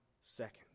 second